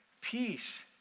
peace